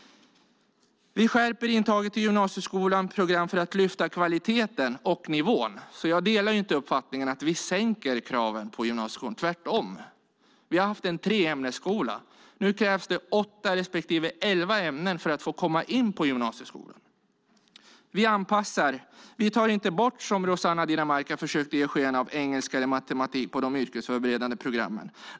Vi skärper intaget till gymnasieskolans program för att lyfta upp kvaliteten och nivån. Jag delar inte uppfattningen att vi sänker kraven på gymnasieskolan - tvärtom. Vi har haft en treämnesskola. Nu krävs det åtta respektive elva ämnen för att få komma in på gymnasieskolan. Vi tar inte bort engelska och matematik på de yrkesförberedande programmen, som Rossana Dinamarca försökte ge sken av.